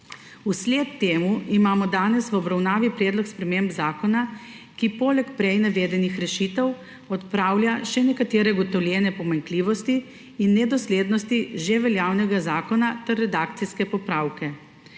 Vsled temu imamo danes v obravnavi predlog sprememb zakona, ki poleg prej navedenih rešitev odpravlja še nekatere ugotovljene pomanjkljivosti in nedoslednosti že veljavnega zakona ter redakcijske popravke.